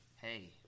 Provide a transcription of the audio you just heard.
Hey